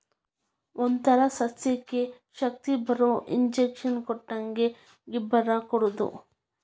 ಒಂತರಾ ಸಸ್ಯಕ್ಕ ಶಕ್ತಿಬರು ಇಂಜೆಕ್ಷನ್ ಕೊಟ್ಟಂಗ ಗಿಬ್ಬರಾ ಕೊಡುದು